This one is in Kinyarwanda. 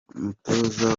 umutoza